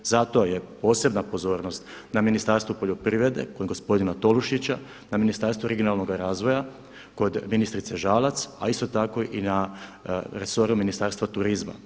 Zato je posebna pozornost na Ministarstvu poljoprivrede kod gospodina Tolušića, na Ministarstvu regionalnog razvoja kod ministrice Žalac, a isto tako i na resoru Ministarstva turizma.